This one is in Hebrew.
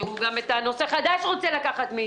שגם את הנושא החדש רוצה לקחת מאתנו.